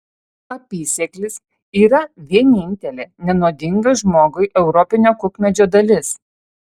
apysėklis yra vienintelė nenuodinga žmogui europinio kukmedžio dalis